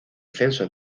censo